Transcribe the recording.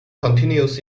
continues